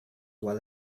well